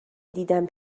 دیدم